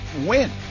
win